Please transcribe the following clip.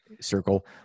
Circle